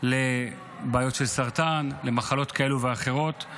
לבעיות של סרטן, למחלות כאלה ואחרות.